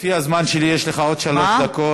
לפי הזמן שלי יש לך עוד שלוש דקות,